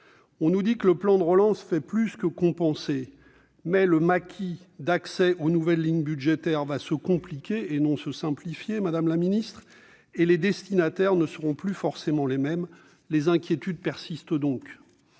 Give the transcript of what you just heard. On nous explique que le plan de relance fait davantage que compenser. Mais le maquis de l'accès aux nouvelles lignes budgétaires va encore se compliquer- et non se simplifier, madame la secrétaire d'État !-, et les destinataires ne seront plus forcément les mêmes. Les inquiétudes persistent donc.